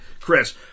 Chris